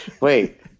Wait